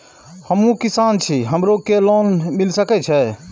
हमू किसान छी हमरो के लोन मिल सके छे?